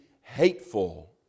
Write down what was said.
hateful